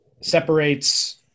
separates